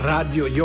Radio